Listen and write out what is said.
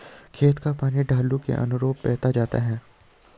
खेत का पानी ढालू के अनुरूप बहते जाता है